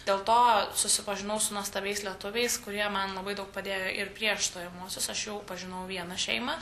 dėl to susipažinau su nuostabiais lietuviais kurie man labai daug padėjo ir prieš stojamuosius aš jau pažinojau vieną šeimą